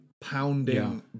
pounding